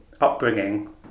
upbringing